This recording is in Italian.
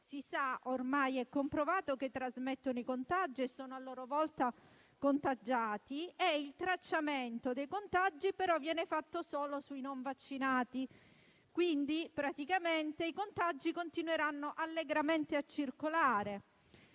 si sa, ormai è comprovato, che i vaccinati trasmettono il contagio e sono a loro volta contagiati, mentre il tracciamento dei contagi viene fatto solo sui non vaccinati. Praticamente i contagi continueranno allegramente a circolare.